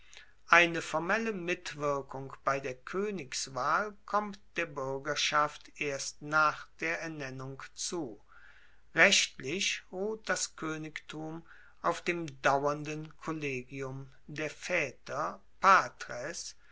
eine formelle mitwirkung bei der koenigswahl kommt der buergerschaft erst nach der ernennung zu rechtlich ruht das koenigtum auf dem dauernden kollegium der vaeter